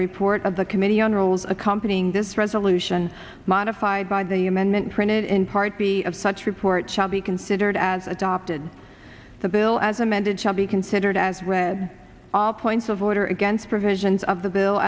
report of the committee on rolls accompanying this resolution modified by the amendment printed in part b of such report shall be considered as adopted the bill as amended shall be considered as read all points of order against provisions of the bill